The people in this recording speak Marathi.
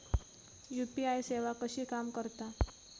यू.पी.आय सेवा कशी काम करता?